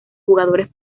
jugadores